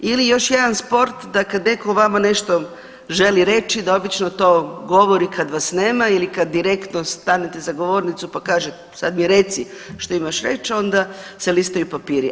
Ili još jedan sport da kad neko o vama nešto želi reći da obično to govori kad vas nema ili kad direktno stanete za govornicu pa kaže sad mi reci što imaš reć onda se listaju papiri.